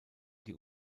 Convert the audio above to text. die